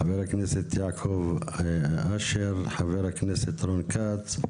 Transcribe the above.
חבר הכנסת יעקב אשר, חבר הכנסת רון כץ,